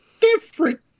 different